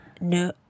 No